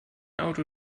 auto